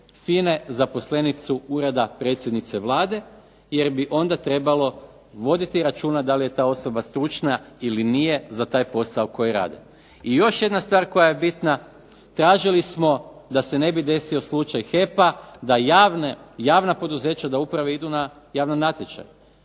FINA-e zaposlenicu Ureda predsjednice Vlade, jer bi onda trebalo voditi računa da li je ta osoba stručna ili nije za taj poseao koji rade. I još jedna stvar koja je bitna. Tražili smo da se ne bi desio slučaj HEP-a, da javna poduzeća, da uprave idu na javni natječaj,